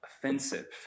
offensive